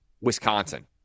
Wisconsin